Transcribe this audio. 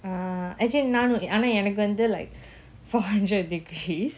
uh நானும்எனக்குவந்து:nanum enaku vandhu like four hundred degrees